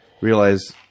realize